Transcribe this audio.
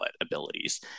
abilities